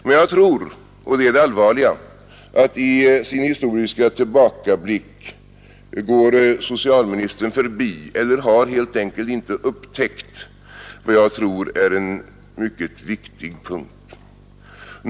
Men det allvarliga är att i sin historiska tillbakablick går socialministern förbi — eller har helt enkelt inte upptäckt — vad jag tror är en mycket viktig punkt.